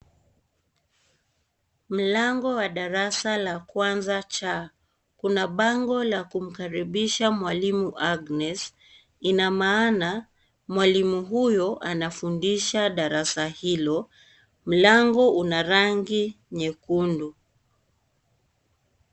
Mlango wa darasa la kwanza chaa, kuna bango la kumkaribisha mwalimu Agness. Ina Maana mwalimu huyo anafundisha darasa hilo. Mlango una rangi nyekundu.